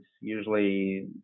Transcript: Usually